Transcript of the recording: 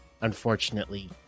unfortunately